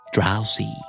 Drowsy